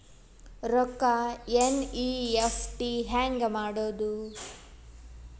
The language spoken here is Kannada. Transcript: ರೊಕ್ಕ ಎನ್.ಇ.ಎಫ್.ಟಿ ಹ್ಯಾಂಗ್ ಮಾಡುವುದು?